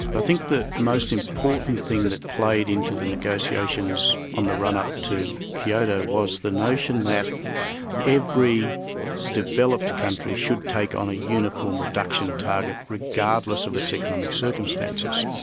but think the most important thing that played into the negotiations on the run-up to kyoto was the notion that every developed country should take on a uniform reduction target regardless of its economic circumstances.